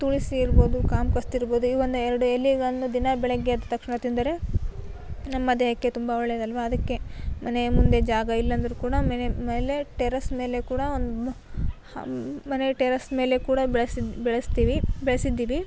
ತುಳಸಿ ಇರ್ಬೋದು ಕಾಮ ಕಸ್ತೂರಿ ಇರ್ಬೋದು ಈ ಒಂದು ಎರಡು ಎಲೆಗಳನ್ನು ದಿನ ಬೆಳಗ್ಗೆ ಎದ್ದ ತಕ್ಷಣ ತಿಂದರೆ ನಮ್ಮ ದೇಹಕ್ಕೆ ತುಂಬ ಒಳ್ಳೆಯದಲ್ವ ಅದಕ್ಕೆ ಮನೆಯ ಮುಂದೆ ಜಾಗ ಇಲ್ಲ ಅಂದ್ರೂ ಕೂಡ ಮನೆಯ ಮೇಲೆ ಟೆರೆಸ್ ಮೇಲೆ ಕೂಡ ಒಂದು ಮು ಮನೆಯ ಟೆರೆಸ್ ಮೇಲೆ ಕೂಡ ಬೆಳೆಸಿ ಬೆಳೆಸ್ತೀವಿ ಬೆಳೆಸಿದ್ದೀವಿ